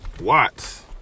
Watts